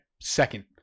second